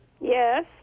Yes